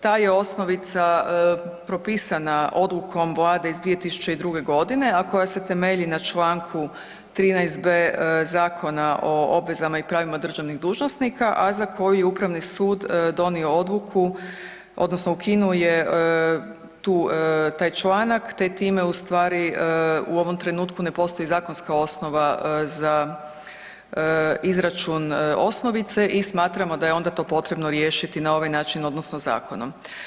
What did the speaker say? Ta je osnovica propisana odlukom Vlade iz 2002. g. a koja se temelji na čl. 13. b) Zakona o obvezama i pravima državnih dužnosnika a za koju je upravni sud donio odluku odnosno ukinuo je taj članak te time ustvari u ovom trenutku ne postoji zakonska osnova za izračun osnovice i smatramo da je onda to potrebno riješiti na ovaj način odnosno zakonom.